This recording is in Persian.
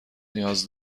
نیاز